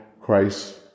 Christ